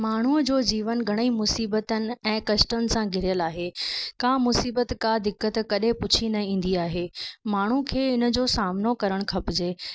माण्हूअ जो जीवन घणेई मुसीबतुनि ऐं कष्टनि सां घिरियल आहे का मुसीबत का दिक़त कॾहिं पुछी न ईंदी आहे माण्हू खे इन जो सामनो करणु खपजे